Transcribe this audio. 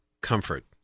comfort